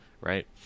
right